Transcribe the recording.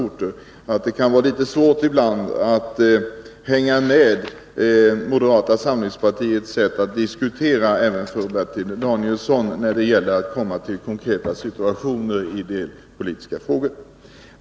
Det kan ibland vara litet svårt att hänga med i moderata samlingspartiets sätt att diskutera — tydligen även för Bertil Danielsson — när man kommer till konkreta situationer i politiska frågor.